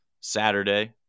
Saturday